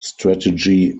strategy